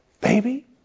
baby